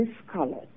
discolored